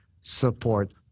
support